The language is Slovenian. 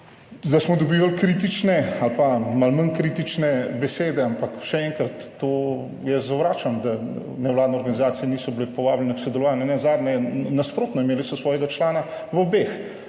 da smo dobivali kritične ali pa malo manj kritične besede, ampak še enkrat, to jaz zavračam, da nevladne organizacije niso bile povabljene k sodelovanju, nenazadnje nasprotno, imeli so svojega člana v obeh,